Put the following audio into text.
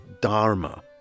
dharma